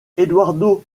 eduardo